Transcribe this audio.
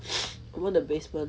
open the basement